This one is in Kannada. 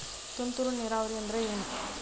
ತುಂತುರು ನೇರಾವರಿ ಅಂದ್ರ ಏನ್?